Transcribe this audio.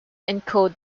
encode